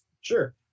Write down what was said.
Sure